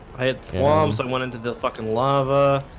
i had qualms i went into the fucking lava